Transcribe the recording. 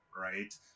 right